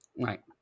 Right